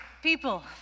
People